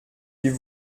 die